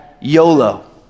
YOLO